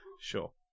Sure